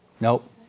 Nope